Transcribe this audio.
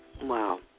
wow